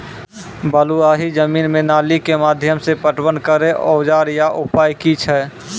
बलूआही जमीन मे नाली के माध्यम से पटवन करै औजार या उपाय की छै?